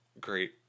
great